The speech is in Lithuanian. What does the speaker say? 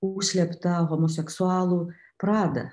užslėptą homoseksualų pradą